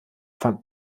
fand